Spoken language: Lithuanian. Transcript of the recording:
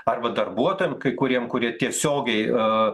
arba darbuotojam kai kuriem kurie tiesiogiai